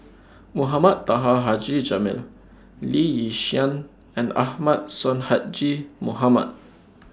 Mohamed Taha Haji Jamil Lee Yi Shyan and Ahmad Sonhadji Mohamad